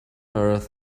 earth